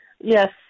yes